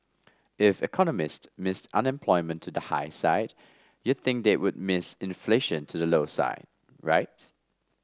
if economist missed unemployment to the high side you'd think they would miss inflation to the low side right